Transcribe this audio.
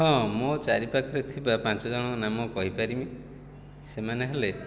ହଁ ମୋ ଚାରିପାଖରେ ଥିବା ପାଞ୍ଚଜଣଙ୍କ ନାମ କହିପାରିବି ସେମାନେ ହେଲେ